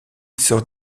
sort